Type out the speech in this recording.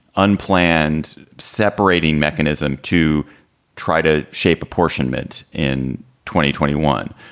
unplanned separating mechanism to try to shape apportionment in twenty twenty one.